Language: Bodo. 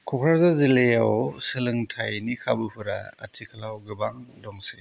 क'क्राझार जिल्लायाव सोलोंथायनि खाबुफोरा आथिखालाव गोबां दंसै